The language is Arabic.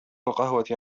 القهوة